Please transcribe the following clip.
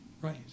Right